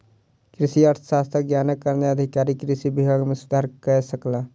कृषि अर्थशास्त्रक ज्ञानक कारणेँ अधिकारी कृषि विभाग मे सुधार कय सकला